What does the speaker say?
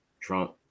Trump